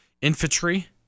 Infantry